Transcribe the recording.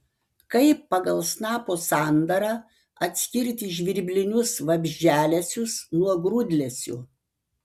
kaip pagal snapo sandarą atskirti žvirblinius vabzdžialesius nuo grūdlesių